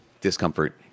discomfort